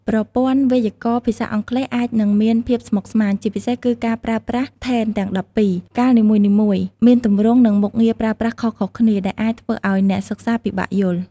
ប្រព័ន្ធវេយ្យាករណ៍ភាសាអង់គ្លេសអាចនឹងមានភាពស្មុគស្មាញ ជាពិសេសគឺការប្រើប្រាស់ tenses ទាំង ១២។ កាលនីមួយៗមានទម្រង់ និងមុខងារប្រើប្រាស់ខុសៗគ្នា ដែលអាចធ្វើឱ្យអ្នកសិក្សាពិបាកយល់។